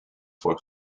for